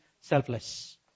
selfless